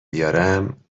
بیارم